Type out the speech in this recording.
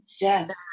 yes